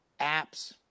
apps